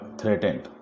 threatened